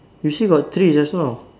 you say got three just now